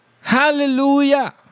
Hallelujah